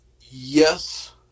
Yes